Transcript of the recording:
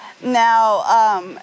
Now